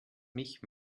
mich